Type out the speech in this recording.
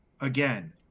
again